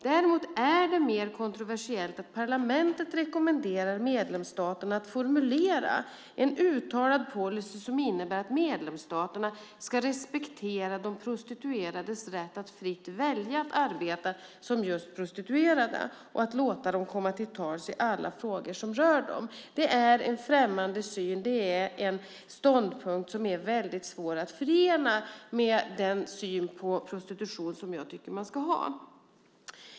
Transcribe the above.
Däremot är det mer kontroversiellt att parlamentet rekommenderar medlemsstaterna att formulera en uttalad policy som innebär att medlemsstaterna ska respektera de prostituerades rätt att fritt välja att arbeta som just prostituerade och att låta dem komma till tals i alla frågor som rör dem. Det är en främmande syn, en ståndpunkt som är väldigt svår att förena med den syn på prostitution som jag tycker att man ska ha.